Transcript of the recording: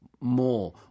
more